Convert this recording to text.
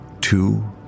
two